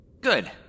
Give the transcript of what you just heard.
Good